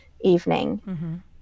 evening